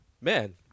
man